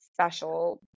special